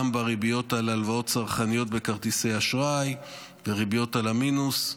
גם בריביות על הלוואות צרכניות בכרטיסי אשראי ובריביות על המינוס.